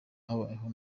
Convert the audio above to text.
habayeho